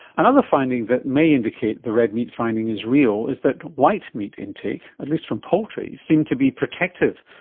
another finding that may indicate the red meat finding is real is that white meat intake, at least from poultry, seemed to be protective,